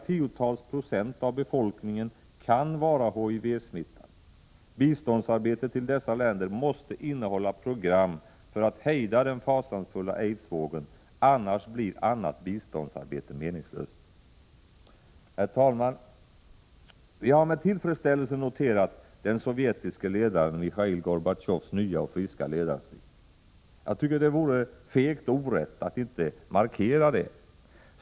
Tiotals procent av befolkningen kan vara HIV-smittade. Biståndsarbetet när det gäller dessa länder måste innehålla program för att hejda den fasansfulla aidsvågen. Annars blir annat biståndsarbete meningslöst. Herr talman! Vi har med tillfredsställelse noterat den sovjetiske ledaren Michail Gorbatjovs nya och friska ledarstil. Jag tycker att det vore fegt och orätt att inte markera det.